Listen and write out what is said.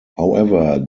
however